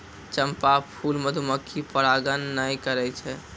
चंपा फूल मधुमक्खी परागण नै करै छै